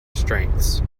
strengths